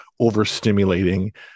overstimulating